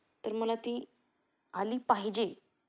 तर मला ती आली पाहिजे